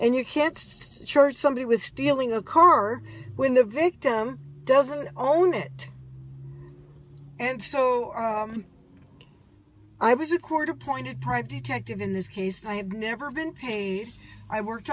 and you can't just charge somebody with stealing a car when the victim doesn't own it and so i was a court appointed prime detective in this case and i had never been paid i worked